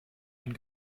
ein